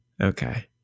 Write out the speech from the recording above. Okay